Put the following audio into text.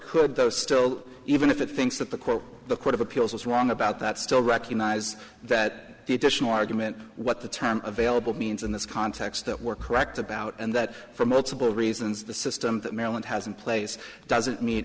could those still even if it thinks that the court the court of appeals was wrong about that still recognize that the additional argument what the term available means in this context that we're correct about and that for multiple reasons the system that maryland has in place doesn't me